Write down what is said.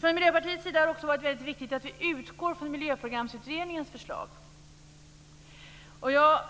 Det har också varit väldigt viktigt för Miljöpartiet att vi utgår från Miljöprogramutredningens förslag. Jag